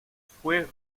fue